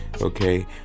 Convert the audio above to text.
okay